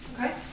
Okay